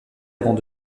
avant